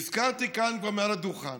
והזכרתי כבר כאן מעל הדוכן